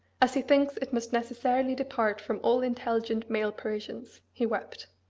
as he thinks it must necessarily depart from all intelligent male parisians, he wept.